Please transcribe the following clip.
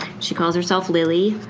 she calls herself lily.